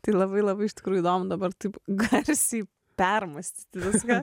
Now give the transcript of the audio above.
tai labai labai iš tikrųjų įdomu dabar taip garsiai permąstyti viską